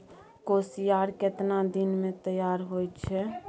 कोसियार केतना दिन मे तैयार हौय छै?